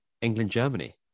England-Germany